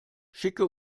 schicke